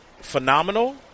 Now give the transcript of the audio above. phenomenal